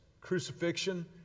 crucifixion